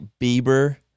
Bieber